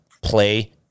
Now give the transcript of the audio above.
play